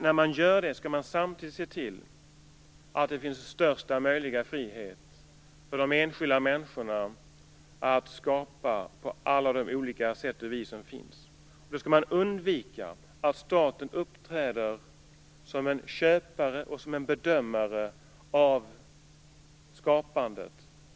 När man gör det skall man samtidigt se till att det finns största möjliga frihet för de enskilda människorna att skapa på alla de olika sätt och vis som finns. Då skall man undvika att staten uppträder som en köpare och som en bedömare av skapandet.